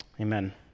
Amen